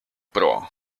pro